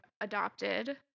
adopted